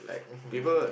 [um hm] ya